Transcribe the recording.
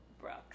Brooks